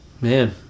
Man